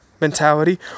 mentality